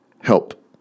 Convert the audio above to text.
help